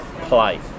play